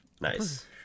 Nice